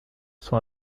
sont